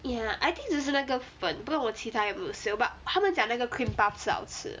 ya I think 只是那个粉不懂我其他有没有 sale but 他们讲那个 cream puff 是好吃的